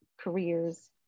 careers